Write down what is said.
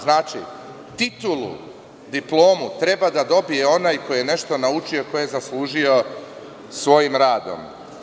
Titulu, diplomu treba da dobije onaj koji je nešto naučio, koji je zaslužio svojim radom.